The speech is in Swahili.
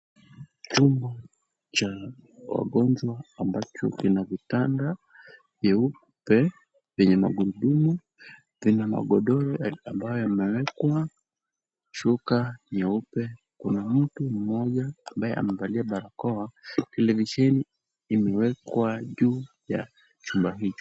Chumba cha wagonjwa ambacho kina vitanda vyeupe vyenye magurudumu tena magodoro ambayo yamewekwa, shuka nyeupe, kuna mtu mmoja ambaye amevalia barakoa, televisheni imewekwa juu ya chumba hicho.